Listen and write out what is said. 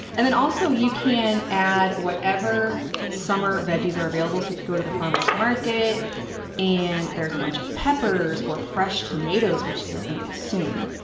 and then also you can add whatever summer veggies are available. so if you go to the farmer's market and there's a bunch of peppers or fresh tomatoes which there's gonna be soon,